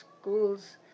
schools